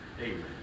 Amen